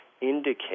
indicate